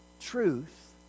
truth